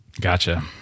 gotcha